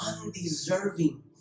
undeserving